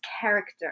character